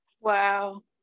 Wow